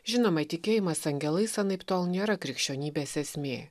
žinoma tikėjimas angelais anaiptol nėra krikščionybės esmė